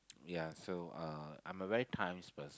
ya so uh I'm a very times person